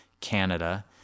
Canada